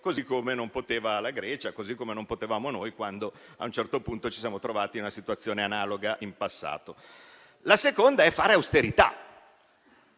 così come non poteva la Grecia, così come non potevamo noi quando a un certo punto in passato ci siamo trovati in una situazione analoga. Il secondo modo è fare austerità,